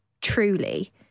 truly